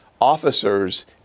officers